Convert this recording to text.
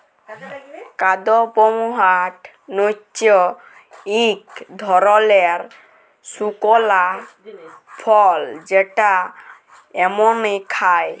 কাদপমহাট হচ্যে ইক ধরলের শুকলা ফল যেটা এমলি খায়